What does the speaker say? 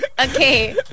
Okay